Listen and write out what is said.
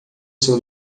seu